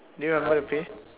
do you remember the pay